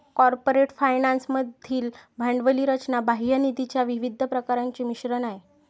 corporate finance मधील भांडवली रचना बाह्य निधीच्या विविध प्रकारांचे मिश्रण आहे